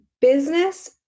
business